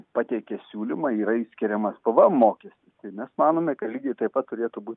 patiekia siūlymą yra išskiriamas pvm mokestis tai mes manome kad lygiai taip pat turėtų būti